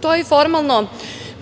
To je formalno